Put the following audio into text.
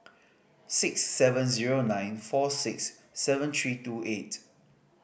six seven zero nine four six seven three two eight